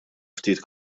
ftit